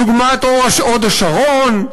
דוגמת הוד-השרון,